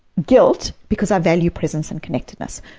guilt because i value presence and connectedness.